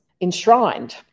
enshrined